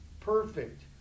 Perfect